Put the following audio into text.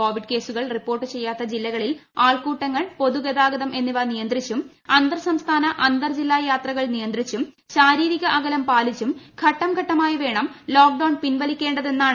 Covid കേസുകൾ report ചെയ്യാത്ത ജില്ലകളിൽ ആൾക്കൂട്ടങ്ങൾ പൊതുഗതാഗതം എന്നിവ നിയന്ത്രിച്ചും അന്തർ സംസ്ഥാന അന്തർജില്ലാ യാത്രകൾ നിയന്ത്രിച്ചും ശാരീരിക അകലം പാലിച്ചും ഘട്ടം ഘട്ടമായി വേണം ലോക്ഡൌൺ പിൻവലിക്കേണ്ടതാണ്